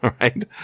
right